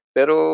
Pero